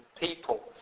people